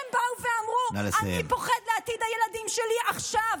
שהם באו ואמרו: אני פוחד לעתיד הילדים שלי עכשיו,